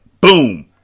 Boom